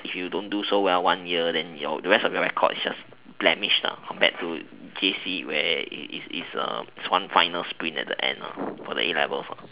if you don't do so well one year then the rest of your record is just damaged lah compared to J_C where it is it's like one final sprint at the end for the A-levels lah